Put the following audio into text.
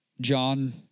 John